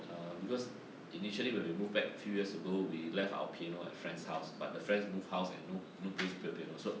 err because initially when we moved back few years ago we left our piano at friend's house but the friends move house and no no place to play piano so